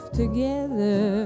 together